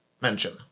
mention